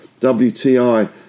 WTI